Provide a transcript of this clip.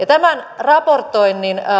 tämän raportoinnin